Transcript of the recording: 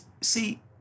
See